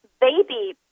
baby